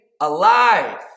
alive